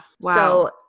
Wow